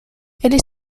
eles